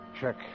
Check